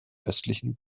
östlichen